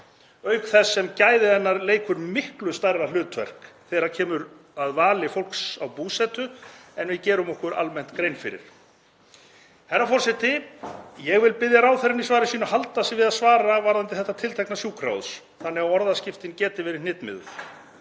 auk þess sem gæði hennar leika miklu stærra hlutverk þegar kemur að vali fólks á búsetu en við gerum okkur almennt grein fyrir. Herra forseti. Ég vil biðja ráðherrann í svari sínu að halda sig við að svara varðandi þetta tiltekna sjúkrahúss þannig að orðaskiptin geti verið hnitmiðuð.